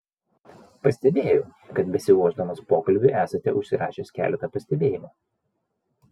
pastebėjau kad besiruošdamas pokalbiui esate užsirašęs keletą pastebėjimų